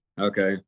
Okay